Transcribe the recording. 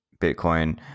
bitcoin